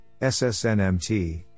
SSNMT